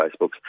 Facebooks